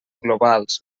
globals